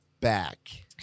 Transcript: back